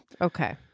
Okay